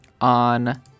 on